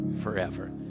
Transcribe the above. forever